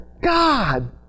God